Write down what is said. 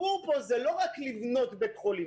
הסיפור פה הוא לא הבינוי של בית החולים,